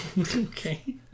Okay